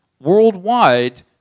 worldwide